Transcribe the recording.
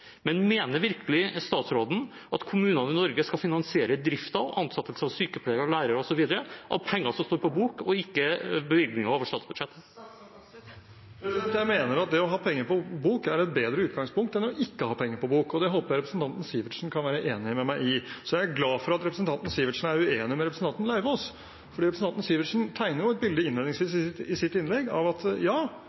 men mener virkelig statsråden at kommunene i Norge skal finansiere driften, ansettelse av sykepleiere og lærere osv., av penger som står på bok, og ikke bevilgninger over statsbudsjettet? Jeg mener at det å ha penger på bok er et bedre utgangspunkt enn ikke å ha penger på bok. Det håper jeg representanten Sivertsen kan være enig med meg i. Så er jeg glad for at representanten Sivertsen er uenig med representanten Lauvås. Representanten Sivertsen tegner innledningsvis i sitt innlegg et bilde av at det er ganske gode tider i